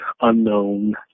unknown